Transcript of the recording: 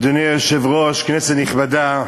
אדוני היושב-ראש, כנסת נכבדה,